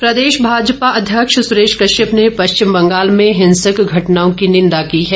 कश्यप प्रदेश भाजपा अध्यक्ष सुरेश कश्यप ने पश्चिम बंगाल में हिंसक घटनाओं की निंदा की है